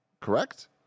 correct